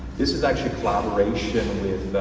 this is actually a collaboration with